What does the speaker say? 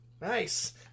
Nice